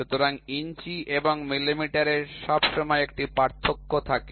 সুতরাং ইঞ্চি এবং মিলিমিটার এর সবসময় একটি পার্থক্য থাকে